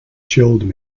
chilled